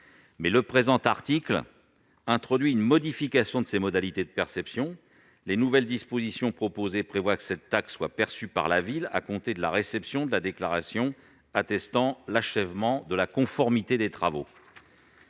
Le présent article introduit une modification de ces modalités de perception. En effet, les nouvelles dispositions proposées prévoient que cette taxe sera perçue par la commune à compter de la réception de la déclaration attestant l'achèvement et la conformité des travaux.